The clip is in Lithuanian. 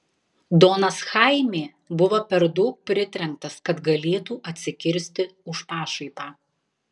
donas chaime buvo per daug pritrenktas kad galėtų atsikirsti už pašaipą